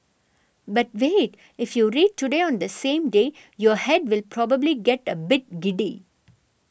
but wait if you read Today on the same day your head will probably get a bit giddy